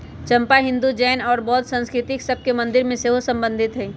चंपा हिंदू, जैन और बौद्ध संस्कृतिय सभ के मंदिर से सेहो सम्बन्धित हइ